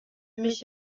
mich